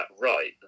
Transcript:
right